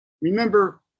Remember